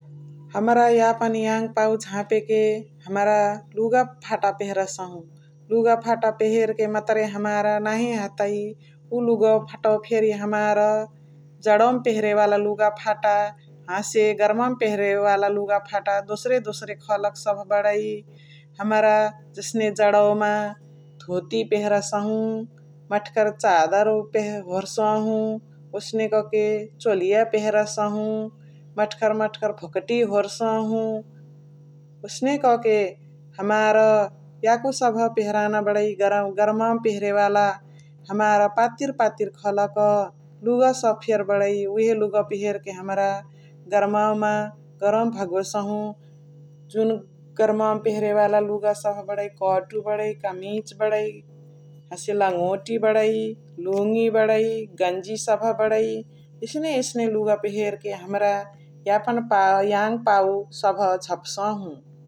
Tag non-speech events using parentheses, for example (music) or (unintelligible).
हमरा यापन याङ पाउ झापडे लुगा फाटा पेहरसहु । लुगा फाटा पेहरके मतुरे हमार नाहि हतई । उ लुगवा फटवा फेरी हमार जणवमा पेहरे वाला लुगा फाटा हसे गरमावमा पेहेरे वाला जुगा फाटा दोसर दोसर खलक सबह बणइ । हमरा जसने जणवमा धोती पेहरसहु, मठगर चाद होरसाहु । वसने कके चोलिया पेहरसहु । मठगर मठगर भोकटी होणसाहु । ओसने कके हमरा याको सबह पेहराना बणइ गरमावमा पेहेरवाला बणइ । हमार पातिर पातिर खलक लुगा सबह फेरी बणइ । उहे लुगवा पेहर पेहर हमरा गरमावमा गरम भगोसहु । जुन गरमवमा पेहेरवाला लुगा सबह बणइ, कटु बणइ, कमिज बणइ, लङोट बणइ, लुङी बणइ, गन्जी सबह बणइ । एसने एसने कुगा पेहेरके हमरा यापन (unintelligible) याङ पाउ सबह झपसाहु ।